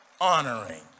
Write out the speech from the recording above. honoring